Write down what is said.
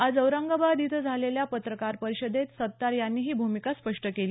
आज औरंगाबाद इथं झालेल्या पत्रकार परिषदेत सत्तार यांनी ही भूमिका स्पष्ट केली